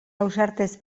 ausartez